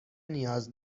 نیاز